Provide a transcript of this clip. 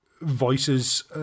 voices